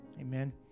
Amen